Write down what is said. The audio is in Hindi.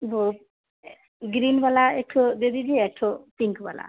वह ग्रीन वाला एक ठो दे दीजिए एक ठो पिंक वाला